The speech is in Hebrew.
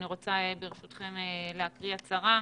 ברשותכם אקרא הצהרה: